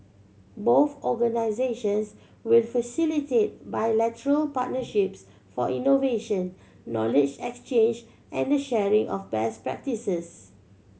both organisations will facilitate bilateral partnerships for innovation knowledge exchange and the sharing of best practices